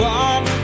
one